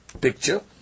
picture